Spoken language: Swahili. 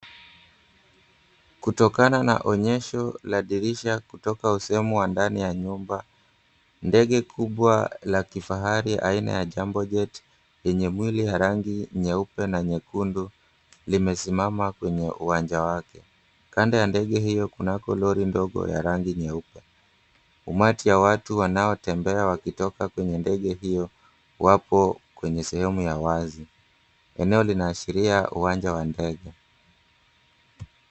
Kutokana na onyesho la dirisha kutoka usehemu wa ndani ya nyumba, ndege kubwa la kifahari aina ya Jambo Jet, yenye mwili ya rangi nyeupe na nyekundu, limesimama kwenye uwanja wake. Kando ya ndege hiyo kunako lori ndogo ya rangi nyeupe. Umati ya watu wanaotembea wakitoka kwenye ndege hiyo wapo kwenye sehemu ya wazi. Eneo linaashiria uwanja wa ndege.